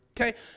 Okay